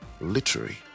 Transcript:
literary